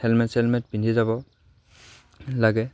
helmet চেলমেট পিন্ধি যাব লাগে